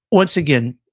once again,